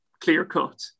clear-cut